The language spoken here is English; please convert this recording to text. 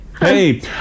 Hey